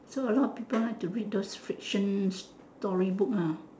so a lot of people like to read those friction story book ah